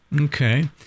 Okay